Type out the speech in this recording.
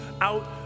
out